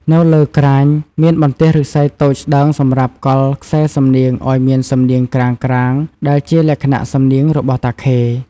នៅលើក្រាញ មានបន្ទះឫស្សីតូចស្ដើងសម្រាប់កល់ខ្សែសំនៀងឱ្យមានសំនៀងក្រាងៗ ដែលជាលក្ខណៈសំនៀងរបស់តាខេ។